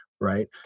Right